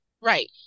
Right